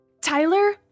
Tyler